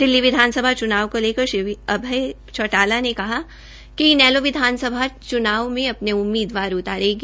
दिल्ली विधानसभा चुनाव को लेकर श्री अभय चौटालाने कहा कि इनेलो विधानसभा चुनाव मे अपने उम्मीदवार उतारेगी